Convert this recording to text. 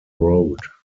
road